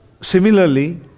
similarly